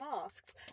masks